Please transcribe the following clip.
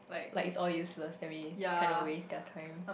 like it's all useless then we kind of waste their time